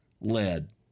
led